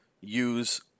use